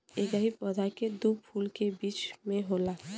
एकही पौधा के दू फूल के बीच में होला